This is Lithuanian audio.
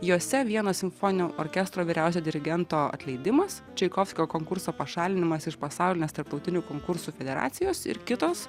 jose vienos simfoninio orkestro vyriausio dirigento atleidimas čaikovskio konkurso pašalinimas iš pasaulinės tarptautinių konkursų federacijos ir kitos